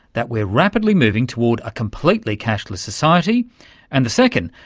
that we're rapidly moving toward a completely cashless society and the second,